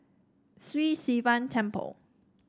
Sri Sivan Temple